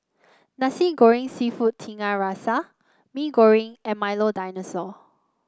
Nasi Goreng seafood Tiga Rasa Mee Goreng and Milo Dinosaur